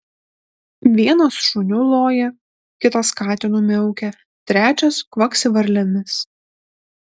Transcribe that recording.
vienas šuniu loja kitas katinu miaukia trečias kvaksi varlėmis